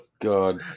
God